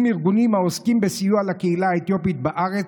ארגונים העוסקים בסיוע לקהילה האתיופית בארץ.